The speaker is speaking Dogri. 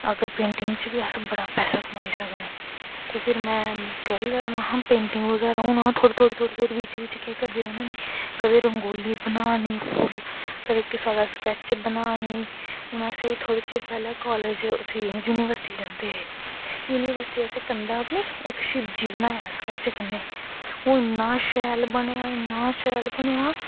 अगर पेंटिंग च बी अस बड़ा पैसा कमाई सकनें ते फिर में करी लेई महां पेंटिंग बगैरा हून अ'ऊं थोह्ड़ी थोह्ड़ी केह् करनी होंनीं कदैं रंगोली बना नी कदैं फुल्ल कदैं किसे दा स्कैच बना नी हून थोह्ड़े चिर पैह्लैं अस उत्थें युनिवर्सटी जंदे हे युनिवर्सटी असैं इक शिवजी बनाया स्कैच कन्नैं ओह् इन्नां शैल बनेआं इन्नां शैल बनेआं